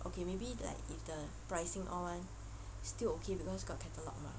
okay maybe like if the pricing all [one] still okay because got catalogue mah